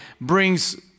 brings